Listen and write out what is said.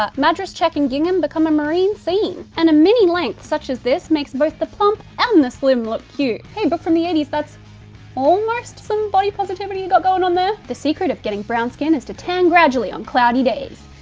um madras check and gingham become a marine scene. and a mini-length such as this makes both the plump and the slim look cute. hey book from the eighty s, that's almost some body positivity you got going on there. the secret of getting brown skin is to tan gradually on cloudy days.